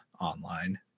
online